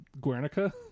Guernica